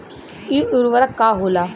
इ उर्वरक का होला?